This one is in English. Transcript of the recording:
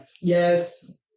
Yes